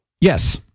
Yes